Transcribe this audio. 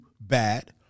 bad